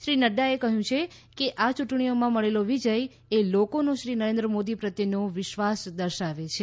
શ્રી નડ્ડાએ કહ્યું કે આ ચૂંટણીઓમાં મળેલો વિજયએ લોકોનો શ્રી નરેન્દ્ર મોદી પ્રત્યેનો વિશ્વાસ દર્શાવે છે